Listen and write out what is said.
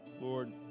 Lord